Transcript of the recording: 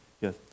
Yes